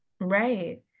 Right